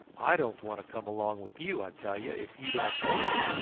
i don't want to come along with you, i tell you, if you don't want me.